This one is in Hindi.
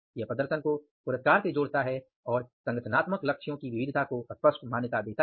यह प्रदर्शन को पुरस्कारों से जोड़ता है और यह संगठनात्मक लक्ष्यों की विविधता को स्पष्ट मान्यता देता है